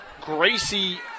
Gracie